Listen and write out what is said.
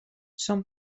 són